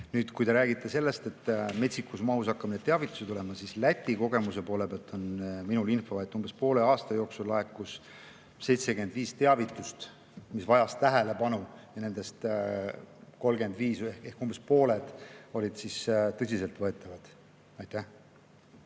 Nüüd, kui te räägite sellest, et metsikus mahus hakkab neid teavitusi tulema, siis mul on info Läti kogemuse kohta. Umbes poole aasta jooksul laekus 75 teavitust, mis vajasid tähelepanu, ja nendest 35 ehk umbes pooled olid tõsiselt võetavad. Aitäh!